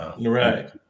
Right